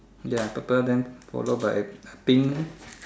ya purple then followed by pink